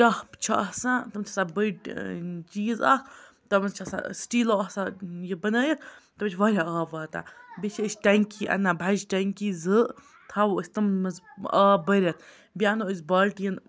tough چھِ آسان تم چھِ آسان بٔڑۍ چیٖز اَکھ تَتھ مَنٛز چھِ آسان سِٹیٖلَو آسان یہِ بَنٲیِتھ تم چھِ واریاہ آب واتان بیٚیہِ چھِ أسۍ ٹینٛکی اَنان بَجہِ ٹینٛکی زٕ تھاوو أسۍ تٕمَن مَنٛز آب بٔرِتھ بیٚیہِ اَنو أسۍ بالٹیٖن